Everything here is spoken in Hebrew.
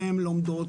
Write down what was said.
והן לומדות,